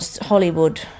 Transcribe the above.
Hollywood